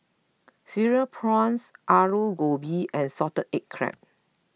Cereal Prawns Aloo Gobi and Salted Egg Crab